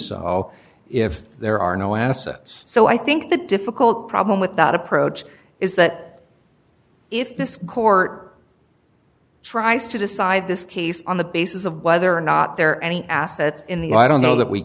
so if there are no assets so i think the difficult problem with that approach is that if this court tries to decide this case on the basis of whether or not there are any assets in the i don't know that we